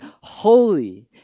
holy